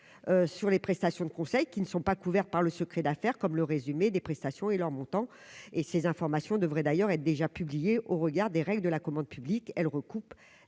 sur les prestations de conseil qui ne sont pas couverts par le secret d'affaires comme le résumé des prestations et leur montant et ces informations devraient d'ailleurs être déjà publié au regard des règles de la commande publique, elle recoupe